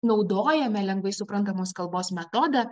naudojame lengvai suprantamos kalbos metodą